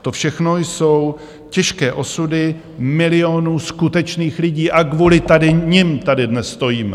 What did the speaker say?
To všechno jsou těžké osudy milionů skutečných lidí a kvůli nim tady dnes stojíme.